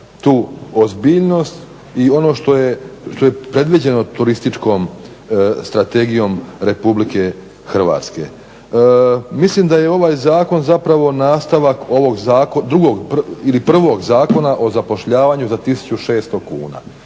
tu ozbiljnost i ono što je predviđeno Turističkom strategijom Republike Hrvatske. Mislim da je ovaj zakon zapravo nastavak ovog prvog zakona o zapošljavanju za 1600 kuna.